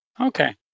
Okay